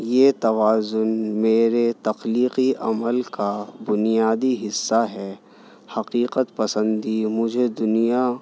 یہ توازن میرے تخلیقی عمل کا بنیادی حصہ ہے حقیقت پسندی مجھے دنیا